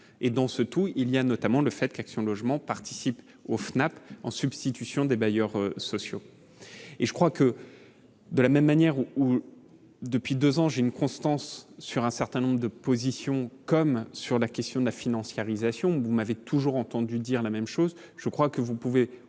et dans ce tout, il y a notamment le fait qu'Action Logement participent aux Fnac en substitution des bailleurs sociaux et je crois que de la même manière ou ou depuis 2 ans, j'ai une constance sur un certain nombre de positions comme sur la question de la financiarisation, vous m'avez toujours entendu dire la même chose, je crois que vous pouvez